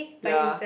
ya